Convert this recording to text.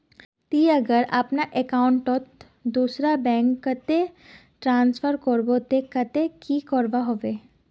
ती अगर अपना अकाउंट तोत दूसरा बैंक कतेक ट्रांसफर करबो ते कतेक की करवा होबे बे?